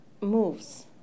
moves